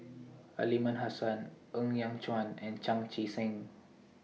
Aliman Hassan Ng Yat Chuan and Chan Chee Seng